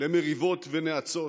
למריבות ונאצות.